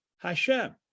Hashem